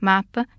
Mapa